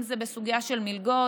אם זה בסוגיה של מלגות,